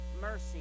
mercy